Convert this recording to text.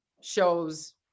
shows